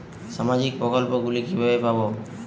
সামাজিক প্রকল্প গুলি কিভাবে পাব?